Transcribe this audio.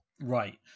Right